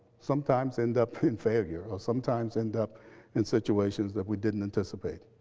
sometimes end up in failure, or sometimes end up in situations that we didn't anticipate.